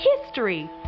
history